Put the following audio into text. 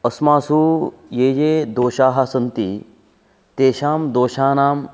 अस्मासु ये ये दोषाः सन्ति तेषां दोषानाम्